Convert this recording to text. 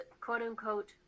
quote-unquote